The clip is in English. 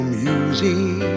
music